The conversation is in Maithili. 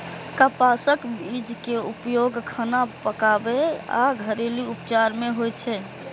कपासक बीज के उपयोग खाना पकाबै आ घरेलू उपचार मे होइ छै